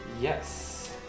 Yes